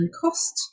cost